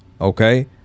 Okay